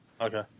Okay